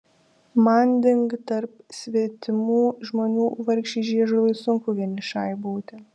manding tarp svetimų žmonių vargšei žiežulai sunku vienišai būti